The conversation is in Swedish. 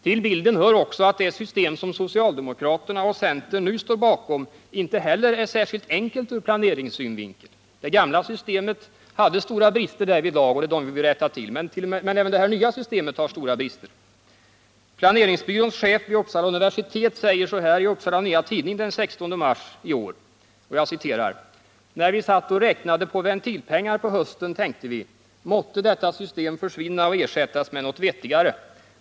Till bilden hör också att det system som socialdemokraterna och centern nu står bakom inte heller är särskilt enkelt ur planeringssynvinkel. Det gamla systemet hade stora brister därvidlag, som vi vill rätta till, men även det nya systemet har stora brister. Planeringsbyråns chef vid Uppsala universitet säger så här i Upsala Nya Tidning den 16 mars i år: ” När vi satt och räknade på ventilpengar på hösten tänkte vi: Måtte detta system försvinna och ersättas med något vettigare.